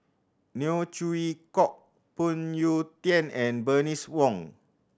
Neo Chwee Kok Phoon Yew Tien and Bernice Wong